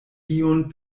iun